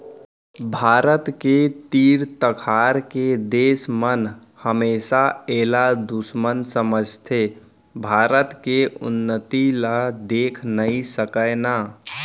भारत के तीर तखार के देस मन हमेसा एला दुस्मन समझथें भारत के उन्नति ल देखे नइ सकय ना